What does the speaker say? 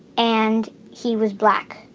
and he was black.